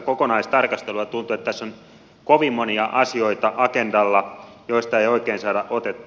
tuntuu että tässä on kovin monia asioita agendalla joista ei oikein saada otetta